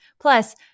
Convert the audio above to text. Plus